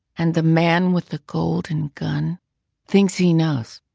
and the man with the golden gun thinks he knowsthinks